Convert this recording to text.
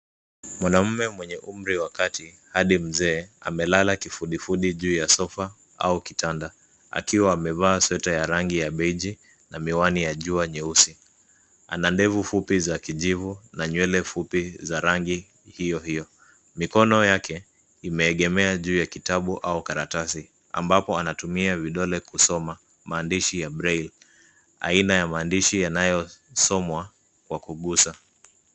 Mwanaume mwenye umri wa kati hadi mzee amelala kifudifudi juu ya sofa au kitanda , akiwa amevaa sweater ya rangi ya beji na miwani ya jua nyeusi. Ana ndevu fupi za kijivu na nywele fupi za rangi hio hio. Mikono yake imeegemea juu ya kitabu au karatasi ambapo anatumia vidole kusoma maandishi ya braille , aina ya maandishi yananyosomwa kwa kugusa.